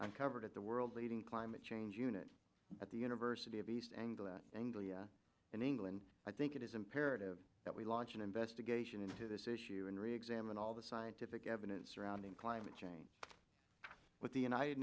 uncovered at the world's leading climate change unit at the university of east anglia anglia in england i think it is imperative that we launch an investigation into this issue and reexamine all the scientific evidence surrounding climate change with the united